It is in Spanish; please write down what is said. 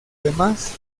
demás